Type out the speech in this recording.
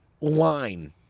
line